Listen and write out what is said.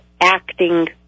acting